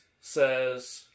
says